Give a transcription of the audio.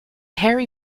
hairy